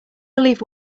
believe